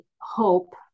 hope